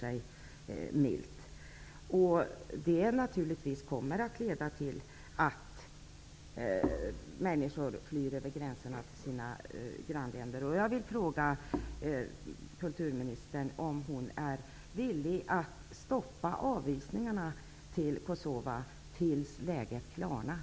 Detta kommer naturligtvis att leda till att människor flyr över gränserna till sina grannländer. Jag vill fråga kulturministern om hon är villig att stoppa avvisningarna till Kosova till dess att läget klarnar.